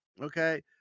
Okay